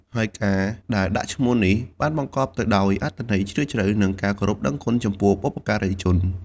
ហើយការដែលដាក់ឈ្មោះនេះ បានបង្កប់ទៅដោយអត្ថន័យជ្រាលជ្រៅ និងការគោរពដឹងគុណចំពោះបុព្វការីជន។